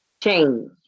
change